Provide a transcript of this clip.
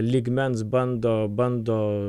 lygmens bando bando